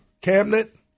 cabinet